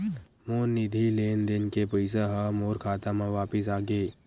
मोर निधि लेन देन के पैसा हा मोर खाता मा वापिस आ गे